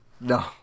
No